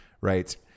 right